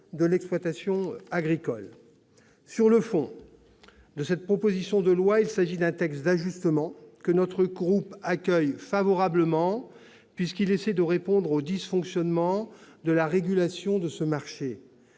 des exploitations. Sur le fond, cette proposition de loi constitue un texte d'ajustement. Notre groupe l'accueille favorablement, puisqu'il essaie de répondre aux dysfonctionnements de la régulation de ce marché.